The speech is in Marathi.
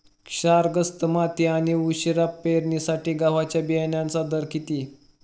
क्षारग्रस्त माती आणि उशिरा पेरणीसाठी गव्हाच्या बियाण्यांचा दर किती?